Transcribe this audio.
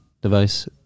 device